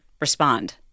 respond